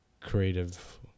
creative